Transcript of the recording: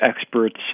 experts